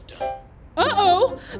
Uh-oh